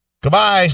Goodbye